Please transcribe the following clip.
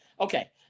okay